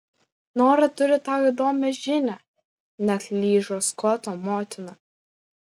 nora turi tau įdomią žinią neatlyžo skoto motina